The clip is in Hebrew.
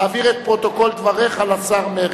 להעביר את פרוטוקול דבריך לשר מרגי.